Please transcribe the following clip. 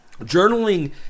journaling